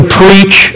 preach